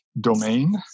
domain